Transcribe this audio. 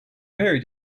very